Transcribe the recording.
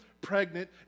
pregnant